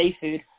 seafood